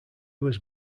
was